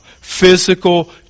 physical